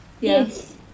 Yes